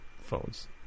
phones